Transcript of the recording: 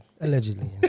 Allegedly